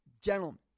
Gentlemen